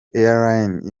airlines